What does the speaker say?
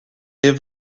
est